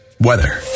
weather